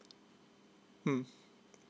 mm